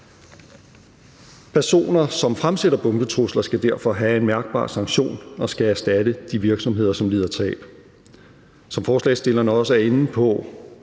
Personer, som fremsætter bombetrusler, skal derfor have en mærkbar sanktion og skal yde erstatning til de virksomheder, som lider tab. Som forslagsstillerne også er inde på,